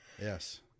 Yes